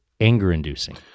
anger-inducing